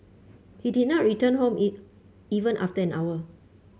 he did not return home it even after an hour